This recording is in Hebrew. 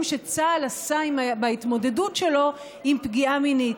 שצה"ל עשה בהתמודדות שלו עם פגיעה מינית.